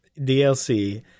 DLC